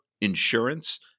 insurance